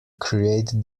create